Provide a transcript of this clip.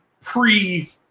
pre